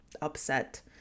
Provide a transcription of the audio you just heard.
upset